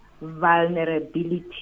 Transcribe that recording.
vulnerability